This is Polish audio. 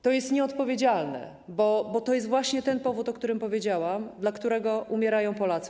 To jest nieodpowiedzialne, bo to jest właśnie ten powód, o którym powiedziałam, dla którego umierają Polacy.